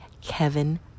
Kevin